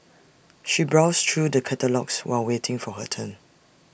she browsed through the catalogues while waiting for her turn